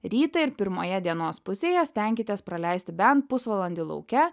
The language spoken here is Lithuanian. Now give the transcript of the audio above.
rytą ir pirmoje dienos pusėje stenkitės praleisti bent pusvalandį lauke